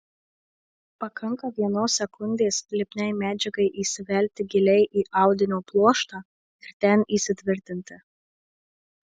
pakanka vienos sekundės lipniai medžiagai įsivelti giliai į audinio pluoštą ir ten įsitvirtinti